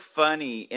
funny